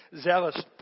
zealous